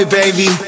baby